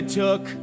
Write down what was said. took